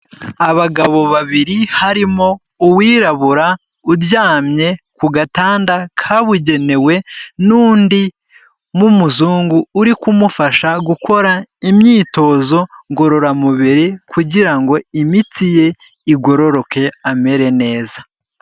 Abagabo babiri harimo uwirabura uryamye ku gatanda kabugenewe n'undi w'umuzungu uri kumufasha gukora imyitozo ngororamubiri kugira ngo imitsi ye igororoke amere neza.